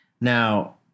Now